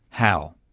how?